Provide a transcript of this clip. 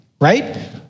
right